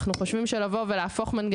אנחנו חושבים שלבוא ולהחריג או להרחיב דבר כזה